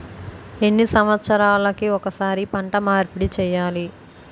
ఎన్ని సంవత్సరాలకి ఒక్కసారి పంట మార్పిడి చేయాలి?